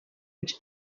which